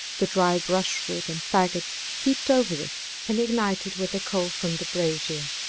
the dry brushwood and faggots heaped over it and ignited with a coal from the brazier.